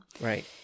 Right